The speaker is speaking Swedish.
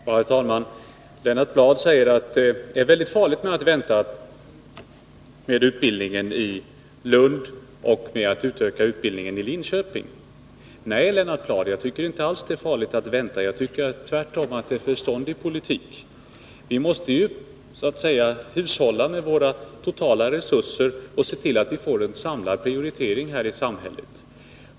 Herr talman! Lennart Bladh säger att det är mycket farligt att vänta med utbildningen i Lund och vänta med att utöka utbildningen i Linköping. Nej, Lennart Bladh, jag tycker inte alls att det är farligt att vänta. Jag tycker tvärtom att det är förståndig politik. Vi måste ju hushålla med våra totala resurser och se till att vi får en samlad prioritering här i samhället.